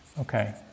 Okay